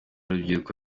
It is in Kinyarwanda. rubyiruko